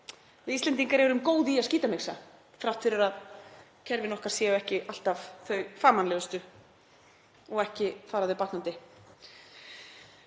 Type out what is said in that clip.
Við Íslendingar erum góð í að skítamixa þrátt fyrir að kerfin okkar séu ekki alltaf þau fagmannlegustu og ekki fara þau batnandi.